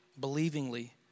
believingly